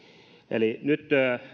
eli nyt